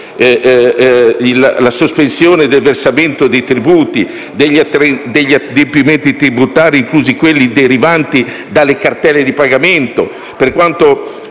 la sospensione del versamento dei tributi, degli adempimenti tributari, inclusi quelli derivanti dalle cartelle di pagamento.